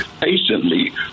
patiently